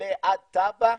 עולה עד טאבה,